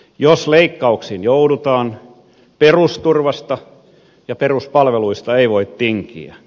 jos leikkauksiin joudutaan perusturvasta ja peruspalveluista ei voi tinkiä